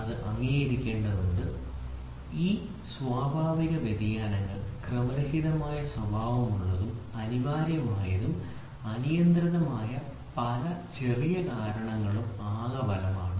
ഇത് അംഗീകരിക്കേണ്ടതുണ്ട് ഈ സ്വാഭാവിക വ്യതിയാനങ്ങൾ ക്രമരഹിതമായ സ്വഭാവമുള്ളതും അനിവാര്യമായും അനിയന്ത്രിതമായ പല ചെറിയ കാരണങ്ങളുടെയും ആകെ ഫലമാണ്